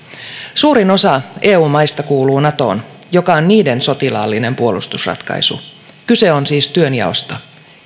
suurin osa eu maista kuuluu natoon joka on niiden sotilaallinen puolustusratkaisu kyse on siis työnjaosta